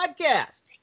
podcast